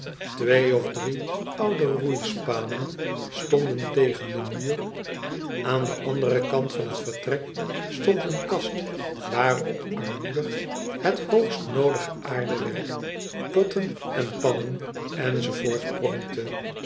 twee of drie oude roeispanen stonden tegen den muur aan den anderen kant van het vertrek stond eene kast waarop armoedig het hoogst noodige aardewerk potten en pannen enz pronkte